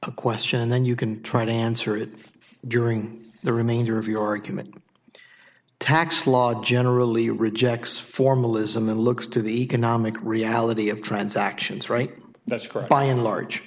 a question and then you can try to answer it during the remainder of your acumen tax law generally rejects formalism and looks to the economic reality of transactions right that's occurred by and large